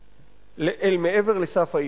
האי-חוקתיות.